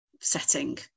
setting